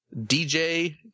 DJ